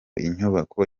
inyubako